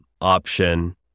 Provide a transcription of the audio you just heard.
option